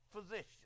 physician